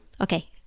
Okay